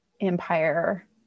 empire